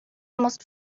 almost